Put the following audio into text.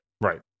Right